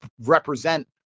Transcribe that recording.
represent